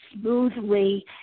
smoothly